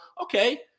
okay